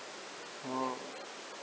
orh